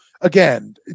again